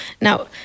Now